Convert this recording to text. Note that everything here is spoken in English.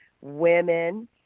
women